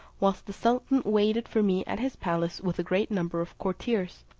whilst the sultan waited for me at his palace with a great number of courtiers,